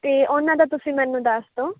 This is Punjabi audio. ਅਤੇ ਉਨ੍ਹਾਂ ਦਾ ਤੁਸੀਂ ਮੈਨੂੰ ਦੱਸ ਦਿਉ